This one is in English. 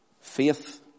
Faith